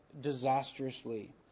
disastrously